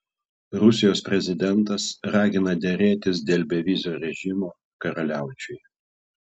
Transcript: rusijos prezidentas ragina derėtis dėl bevizio režimo karaliaučiui